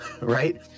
right